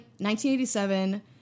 1987